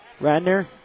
Radner